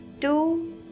two